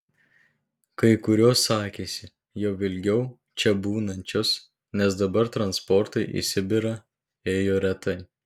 kai kurios sakėsi jau ilgiau čia būnančios nes dabar transportai į sibirą ėjo retai